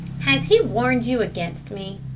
has he warned you against me?